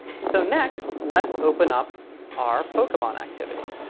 so next, let's open up our pokemon activity.